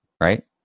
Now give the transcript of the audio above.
right